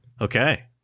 Okay